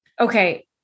okay